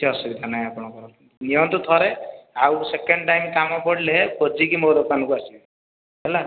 କିଛି ଅସୁବିଧା ନାହିଁ ଆପଣଙ୍କ ର ନିଅନ୍ତୁ ଥରେ ଆଉ ସେକେଣ୍ଡ ଟାଇମ କାମ ପଡ଼ିଲେ ଖୋଜିକି ମୋ ଦୋକାନ କୁ ଆସିବେ ହେଲା